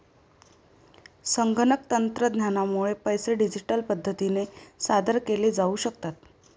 संगणक तंत्रज्ञानामुळे पैसे डिजिटल पद्धतीने सादर केले जाऊ शकतात